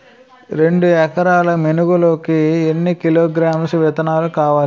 రెండు ఎకరాల మినుములు కి ఎన్ని కిలోగ్రామ్స్ విత్తనాలు కావలి?